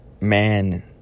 man